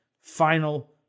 final